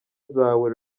zawe